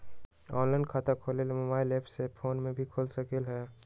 Online खाता खोले के मोबाइल ऐप फोन में भी खोल सकलहु ह?